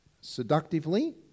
seductively